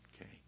okay